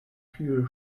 viel